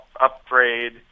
upgrade